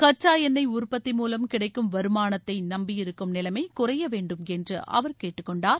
கச்சா எண்ணெய் உற்பத்தி மூலம் கிடைக்கும் வருமானத்தை நம்பியிருக்கும் நிலைமை குறைய வேண்டுமென்று அவர் கேட்டுக்கொண்டார்